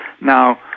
Now